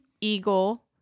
Eagle